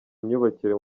imyubakire